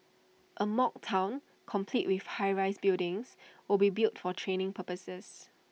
A mock Town complete with high rise buildings will be built for training purposes